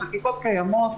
החקיקות קיימות,